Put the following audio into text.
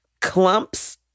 clumps